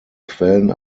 quellen